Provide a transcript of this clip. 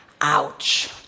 Ouch